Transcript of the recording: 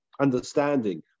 understanding